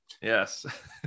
Yes